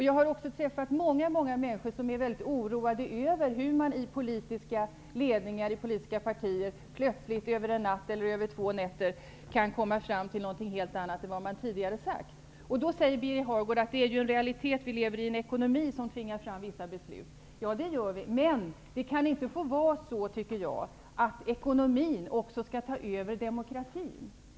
Jag har också träffat många människor som är mycket oroade över hur man i ledningen i politiska partier plötsligt över en natt eller två kan komma fram till någonting helt annat än man tidigare har sagt. Då säger Birger Hagård att det är en realitet. Vi lever i en ekonomi som tvingar fram vissa beslut. Ja, det gör vi. Men det kan inte få vara så, tycker jag, att ekonomin också skall ta över demokratin.